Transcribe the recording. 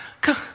come